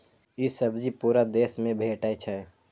ई सब्जी पूरा देश मे भेटै छै